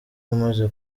umaze